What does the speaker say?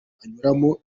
anyuramo